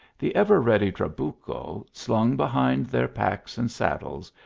the ever ready tralrucho, slung behind their packs and saddles,